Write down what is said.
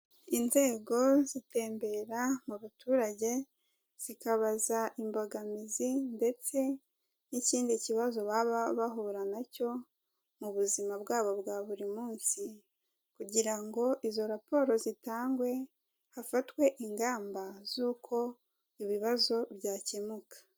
Inzego zitembere mu baturage, zikabaza imbogamizi ndetse n'ikindi kibazo baba bahura na cyo mu buzima bwabo bwa buri munsi, kugira ngo izo raporo zitangwe hafatwe ingamba z'uko ibibazo byakemuka.